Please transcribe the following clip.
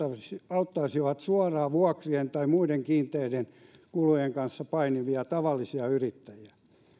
auttaisivat suoraan vuokrien tai muiden kiinteiden kulujen kanssa painivia tavallisia yrittäjiä